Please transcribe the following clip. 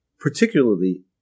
Particularly